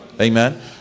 Amen